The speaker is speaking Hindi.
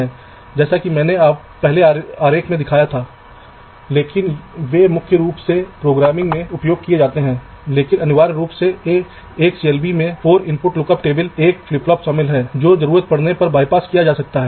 इसलिए शुरुआत में मैं ली नहीं पहले अल्गोरिथम लाइन सर्च का उपयोग करता हूँ मान लीजिये हाई टावर अल्गोरिथम का उपयोग करते हैं